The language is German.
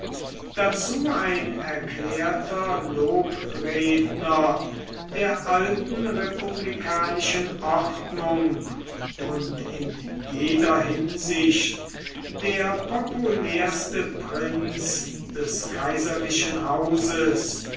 dazu ein erklärter lobredner der alten republikanischen ordnung und in jeder hinsicht der populärste prinz des kaiserlichen hauses